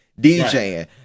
DJing